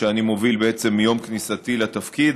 שאני מוביל בעצם מיום כניסתי לתפקיד,